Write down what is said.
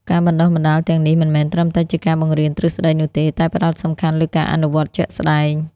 ការបណ្តុះបណ្តាលទាំងនេះមិនមែនត្រឹមតែជាការបង្រៀនទ្រឹស្តីនោះទេ តែផ្តោតសំខាន់លើការអនុវត្តជាក់ស្តែង។